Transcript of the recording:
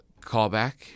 callback